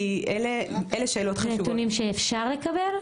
כי אלה שאלות חשובות.